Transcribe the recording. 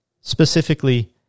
Specifically